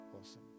Awesome